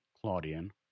Claudian